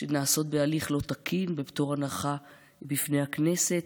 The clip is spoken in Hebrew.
שנעשות בהליך לא תקין, בפטור הנחה בפני הכנסת,